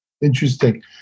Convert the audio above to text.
interesting